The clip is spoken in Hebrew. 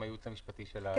עם הייעוץ המשפטי של הוועדה.